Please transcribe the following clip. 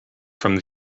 from